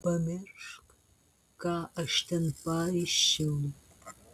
pamiršk ką aš ten paisčiau